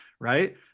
right